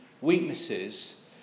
weaknesses